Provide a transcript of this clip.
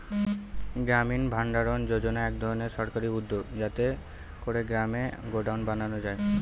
গ্রামীণ ভাণ্ডারণ যোজনা এক ধরনের সরকারি উদ্যোগ যাতে করে গ্রামে গডাউন বানানো যায়